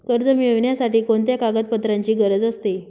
कर्ज मिळविण्यासाठी कोणत्या कागदपत्रांची गरज असते?